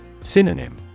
Synonym